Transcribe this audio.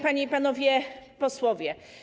Panie i Panowie Posłowie!